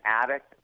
addict